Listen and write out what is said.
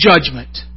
judgment